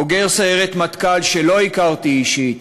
בוגר סיירת מטכ"ל, שלא הכרתי אישית,